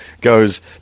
goes